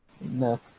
No